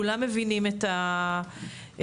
כולם מבינים את הצורך,